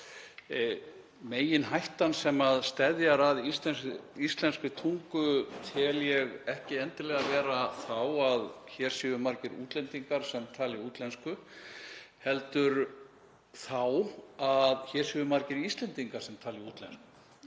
Meginhættan sem steðjar að íslenskri tungu tel ég ekki endilega vera þá að hér séu margir útlendingar sem tali útlensku heldur þá að hér séu margir Íslendingar sem tali útlensku,